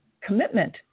commitment